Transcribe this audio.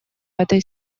этой